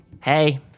Hey